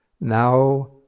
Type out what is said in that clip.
Now